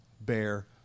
bear